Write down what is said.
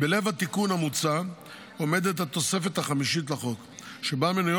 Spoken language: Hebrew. בלב התיקון המוצע עומדת התוספת החמישית לחוק,